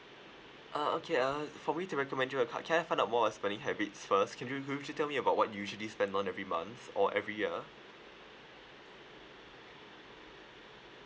uh okay uh for me to recommend your a card can I find out more your spending habits first can you c~ could you tell me about what you usually spend on every month or every year